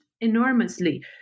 enormously